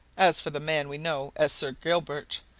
as for the man we know as sir gilbert,